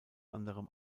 anderem